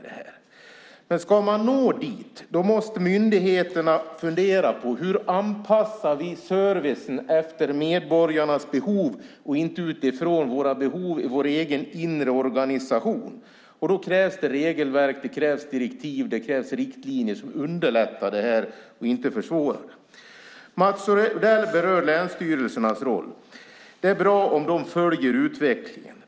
Men för att nå dit måste man på myndigheterna fundera på följande: Hur anpassar vi servicen efter medborgarnas behov, inte utifrån våra behov i vår egen inre organisation? Då krävs det regelverk, direktiv och riktlinjer som underlättar, inte försvårar, det hela. Mats Odell berörde länsstyrelsernas roll. Det är bra om de följer utvecklingen.